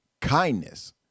kindness